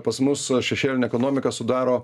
pas mus šešėlinė ekonomika sudaro